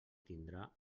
tindrà